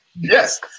Yes